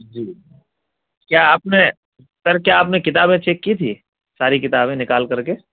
جی کیا آپ نے سر کیا آپ نے کتابیں چیک کی تھی ساری کتابیں نکال کر کے